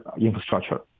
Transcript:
infrastructure